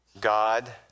God